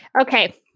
Okay